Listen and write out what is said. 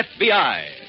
FBI